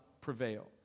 prevail